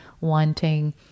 Wanting